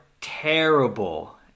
terrible